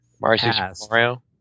Mario